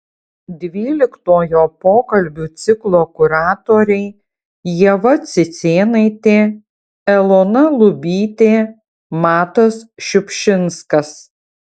dvyliktojo pokalbių ciklo kuratoriai ieva cicėnaitė elona lubytė matas šiupšinskas